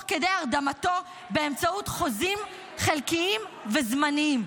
כדי הרדמתו באמצעות חוזים חלקיים וזמניים.